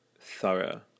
thorough